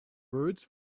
birds